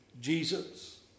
Jesus